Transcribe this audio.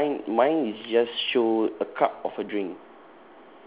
cause mine mine is just show a cup of a drink